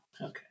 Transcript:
okay